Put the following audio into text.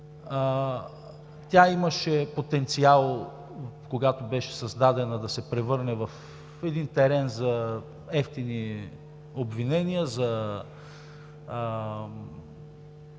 Тя имаше потенциал, когато беше създадена, да се превърне в един терен за евтини обвинения, за